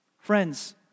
Friends